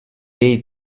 ate